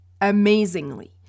amazingly